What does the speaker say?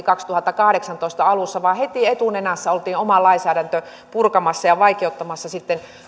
kaksituhattakahdeksantoista alussa vaan heti etunenässä oltiin oma lainsäädäntö purkamassa ja vaikeuttamassa sitten